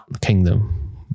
kingdom